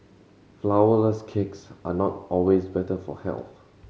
flourless cakes are not always better for health